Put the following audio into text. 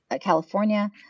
California